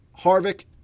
Harvick